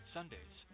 Sundays